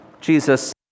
Jesus